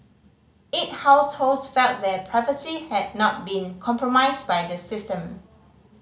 eight households felt their privacy had not been compromised by the system